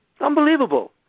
Unbelievable